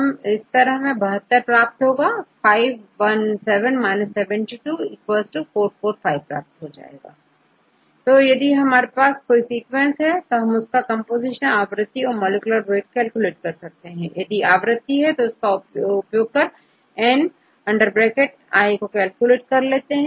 हमें72 प्राप्त होगा तो उत्तर 517 72 होगा अर्थात445 तो यदि आपके पास कोई सीक्वेंस है तो उसका हम कंपोजीशन आवृत्ति और मॉलिक्यूलर वेट कैलकुलेट कर सकते हैं यदि आवृत्ति है तो इसका उपयोग करn कैलकुलेट कर सकते हैं